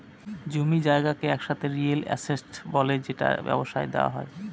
জমি জায়গাকে একসাথে রিয়েল এস্টেট বলে যেটা ব্যবসায় দেওয়া হয়